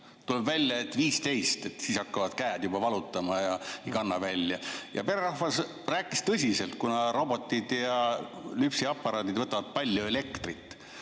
Tuleb välja, et 15, siis hakkavad käed valutama ja ei kanna välja. Pererahvas rääkis sellest tõsiselt, kuna robotid ja lüpsiaparaadid võtavad palju elektrit,